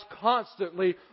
constantly